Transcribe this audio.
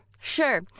sure